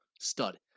stud